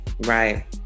Right